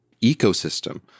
ecosystem